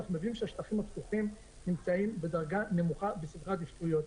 אנחנו יודעים שהשטחים הפתוחים נמצאים בדרגה נמוכה בסדרי העדיפויות.